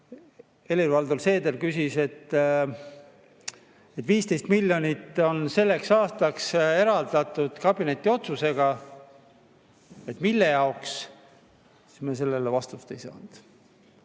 Helir-Valdor Seeder küsis, et 15 miljonit on selleks aastaks eraldatud kabineti otsusega mille jaoks, siis me sellele vastust ei saanud.